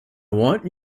want